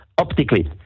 optically